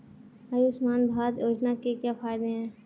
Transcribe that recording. आयुष्मान भारत योजना के क्या फायदे हैं?